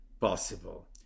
possible